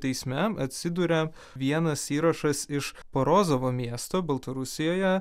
teisme atsiduria vienas įrašas iš porozovo miesto baltarusijoje